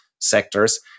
sectors